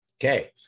Okay